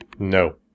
No